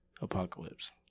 Apocalypse